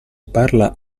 parla